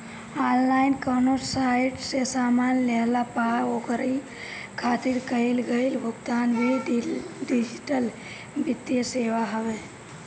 online कवनो site से सामान लेहला पअ ओकरी खातिर कईल गईल भुगतान भी डिजिटल वित्तीय सेवा हवे